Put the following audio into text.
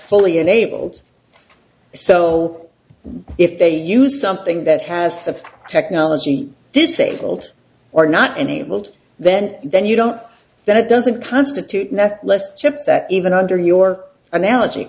fully enabled so if they use something that has the technology disabled or not enabled then then you don't that doesn't constitute net less chips that even under your analogy